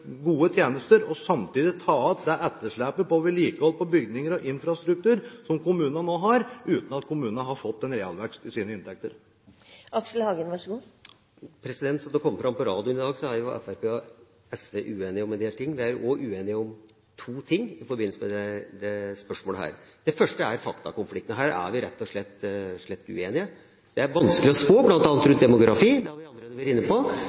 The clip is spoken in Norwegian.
gode tjenester og samtidig ta igjen det etterslepet på vedlikehold av bygninger og infrastruktur som kommunene nå har, uten at kommunene har fått en realvekst i sine inntekter? Som det kom fram på radioen i dag, er jo Fremskrittspartiet og SV uenige om en del ting. Vi er òg uenige om to ting i forbindelse med dette spørsmålet. Det første er faktakonflikten. Her er vi rett og slett uenige. Det er vanskelig å spå bl.a. rundt demografi, det har vi allerede vært inne på.